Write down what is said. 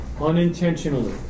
unintentionally